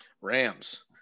Rams